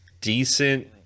decent